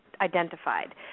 identified